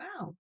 wow